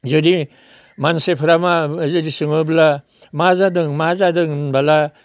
बियोदि मानसिफोरा मा इदि इदि सोङोब्ला मा जादों मा जादों होनब्ला